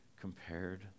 compared